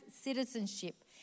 citizenship